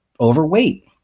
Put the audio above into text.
overweight